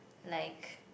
like